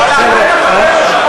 אולי שרת